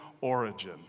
origin